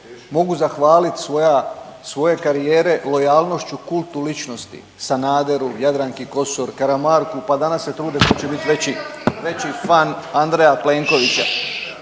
mogu zahvaliti svoja, svoje karijere lojalnošću kultu ličnosti Sanaderu, Jadranki Kosor, Karamarku pa danas se trude tko će …/Upadica se ne